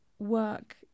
work